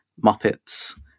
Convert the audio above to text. Muppets